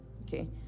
okay